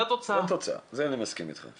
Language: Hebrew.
זה אני מסכים אתך,